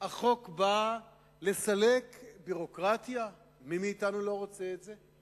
החוק בא לסלק ביורוקרטיה, מי מאתנו לא רוצה את זה?